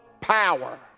power